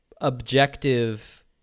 objective